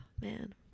man